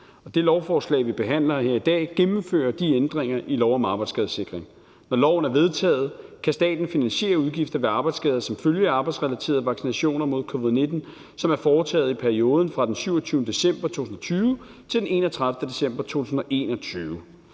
Det lovforslag, vi behandler her i dag, gennemfører de ændringer i lov om arbejdsskadesikring. Når loven er vedtaget, kan staten finansiere udgifter ved arbejdsskade som følge af arbejdsrelaterede vaccinationer mod covid-19, som er foretaget i perioden fra den 27. december 2020 til den 31. december 2022